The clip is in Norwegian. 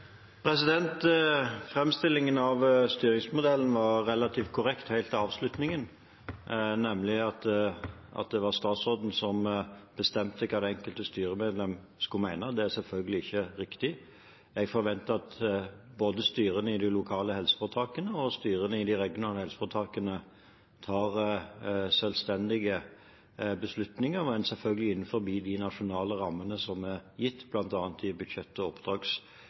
av styringsmodellen var relativt korrekt – helt til avslutningen, at det er statsråden som bestemmer hva det enkelte styremedlem skal mene. Det er selvfølgelig ikke riktig. Jeg forventer at både styrene i de lokale helseforetakene og styrene i de regionale helseforetakene tar selvstendige beslutninger, men selvfølgelig innenfor de nasjonale rammene som er gitt, bl.a. i budsjetter og